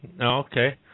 Okay